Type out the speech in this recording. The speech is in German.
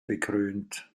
bekrönt